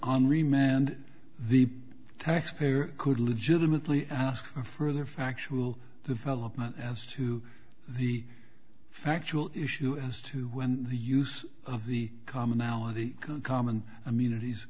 on remand the taxpayer could legitimately ask for the factual development as to the factual issue as to when the use of the commonality common immunities